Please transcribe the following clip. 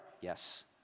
Yes